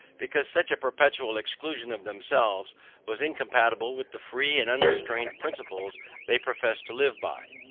because such a perpetual exclusion of themselves was incompatible with the free and unrestrained principles they professed to live by.